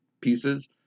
pieces